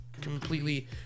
completely